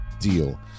deal